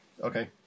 Okay